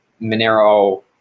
Monero